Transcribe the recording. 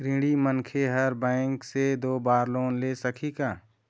ऋणी मनखे हर बैंक से दो बार लोन ले सकही का?